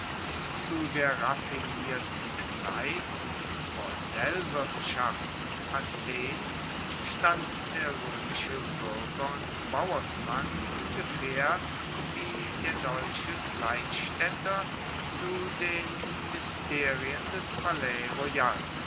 zu der raffinierten kneip und bordellwirtschaft athens stand der roemische buerger und bauersmann ungefaehr wie der deutsche kleinstaedter zu den mysterien des